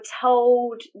told